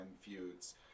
feuds